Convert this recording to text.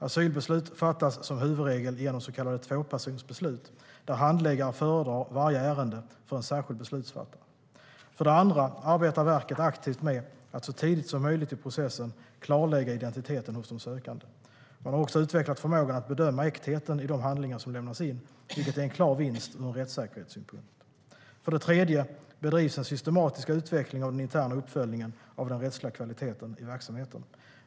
Asylbeslut fattas som huvudregel genom så kallade tvåpersonsbeslut, där handläggare föredrar varje ärende för en särskild beslutsfattare. För det andra arbetar verket aktivt med att så tidigt som möjligt i processen klarlägga identiteten hos den sökande. Man har också utvecklat förmågan att bedöma äktheten i de handlingar som lämnas in, vilket är en klar vinst ur en rättssäkerhetssynpunkt. För det tredje bedrivs en systematisk utveckling av den interna uppföljningen av den rättsliga kvaliteten i verksamheten.